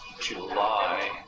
July